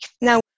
Now